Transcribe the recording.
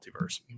multiverse